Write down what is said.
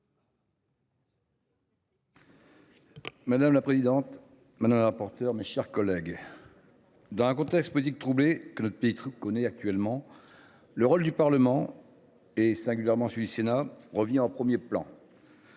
Madame la présidente, madame le rapporteur, mes chers collègues, dans le contexte politique troublé que notre pays connaît actuellement, le rôle du Parlement, singulièrement celui du Sénat, revient au premier plan.